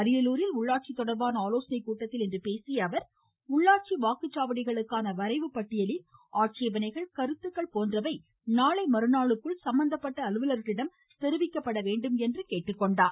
அரியலூரில் உள்ளாட்சி தொடர்பான ஆலோசனைக் கூட்டத்தில் இன்று பேசிய அவர் உள்ளாட்சி வாக்குச்சாவடிகளுக்கான வரைவு பட்டியலில் ஆட்சேபனைகள் கருத்துக்கள் போன்றவை நாளை மறுநாளுக்குள் சம்மந்தப்பட்ட அலுவலர்களிடம் தெரிவிக்கப்பட வேண்டும் என்றும் கேட்டுக்கொண்டார்